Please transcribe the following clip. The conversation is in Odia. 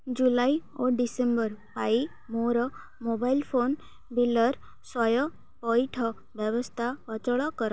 ଜୁଲାଇ ଓ ଡିସେମ୍ବର ପାଇଁ ମୋର ମୋବାଇଲ ଫୋନ ବିଲ୍ର ସ୍ଵୟଂ ପଇଠ ବ୍ୟବସ୍ଥା ଅଚଳ କର